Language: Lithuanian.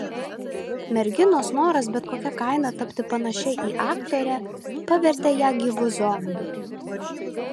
merginos noras bet kokia kaina tapti panašia į aktorę pavertė ją gyvu zombiu